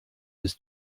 his